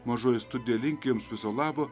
mažoji studija linki jums viso labo